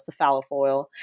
cephalofoil